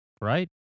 right